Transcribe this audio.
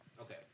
Okay